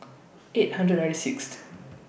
eight hundred ninety Sixth